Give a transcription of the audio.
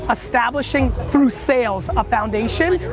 establishing through sales, a foundation,